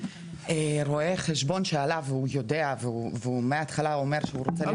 רואה חשבון שעלה והוא יודע והוא מהתחלה אומר ש --- הוא